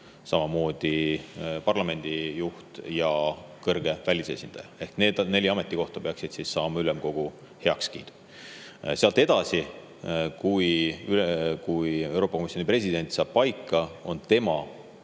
[Euroopa] Parlamendi juht ja kõrge välisesindaja. Need neli ametikohta peaksid saama ülemkogu heakskiidu. Sealt edasi: kui Euroopa Komisjoni president saab paika, on tema